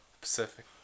Pacific